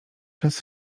czas